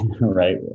Right